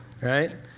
right